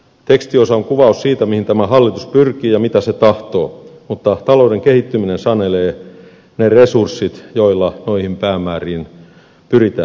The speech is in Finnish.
tekstiosa on kuvaus siitä mihin tämä hallitus pyrkii ja mitä se tahtoo mutta talouden kehittyminen sanelee ne resurssit joilla noihin päämääriin pyritään